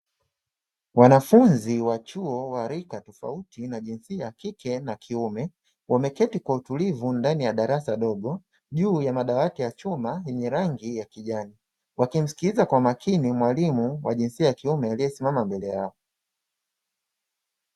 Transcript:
Wanafunzi wa chuo wa rika tofauti wa jinsia ya kike na kiume, wameketi kwa utulivu ndani ya darasa dogo, juu ya madawati ya chuma yenye rangi ya kijani wakimsikiliza kwa makini mwalimu wa jinsia ya kiume aliyesimama mbele yao.